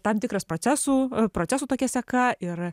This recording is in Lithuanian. tam tikras procesų procesų tokia seka ir